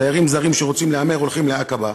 תיירים זרים שרוצים להמר הולכים לעקבה,